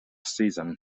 season